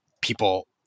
people